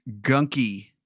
gunky